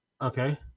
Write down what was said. Okay